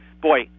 boy